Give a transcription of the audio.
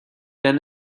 then